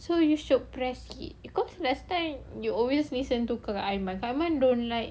so you should press it because last time you always listen to kakak aimah kakak aimah don't like